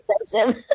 expensive